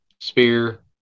spear